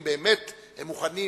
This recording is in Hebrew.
אם באמת הם מוכנים